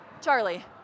charlie